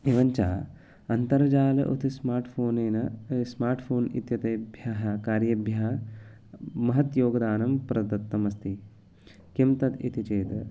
एवञ्च अन्तर्जालम् उत स्माट्फ़ोनेन स्माट्फ़ोन् इत्येतेभ्यः कार्येभ्यः महत् योगदानं प्रदत्तम् अस्ति किं तद् इति चेत्